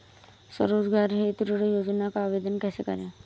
स्वरोजगार हेतु ऋण योजना का आवेदन कैसे करें?